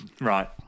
right